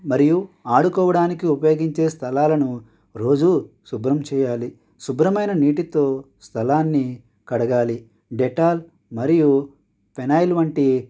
మరియు ఆడుకోవడానికి ఉపయోగించే స్థలాలను రోజు శుభ్రం చేయాలి శుభ్రమైన నీటితో స్థలాన్ని కడగాలి డెట్టాల్ మరియు ఫినాయిల్ వంటి